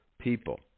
people